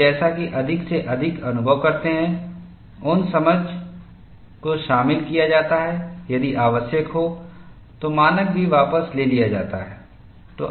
लोग जैसा कि अधिक से अधिक अनुभव करते हैं उन समझ को शामिल किया जाता है यदि आवश्यक हो तो मानक भी वापस ले लिया जाता है